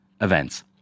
events